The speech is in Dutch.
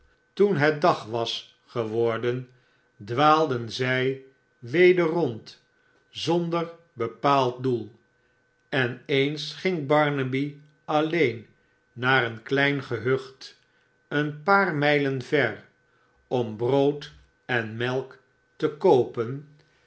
toen het dag was geworden dwaalden zij weder rond zonder bepaald doel en eens ging barnaby alleen naar een klein gehucht een paar mijlen ver om brood en melk te koopen